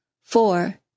four